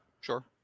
Sure